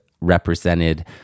represented